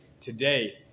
today